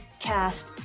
cast